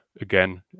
again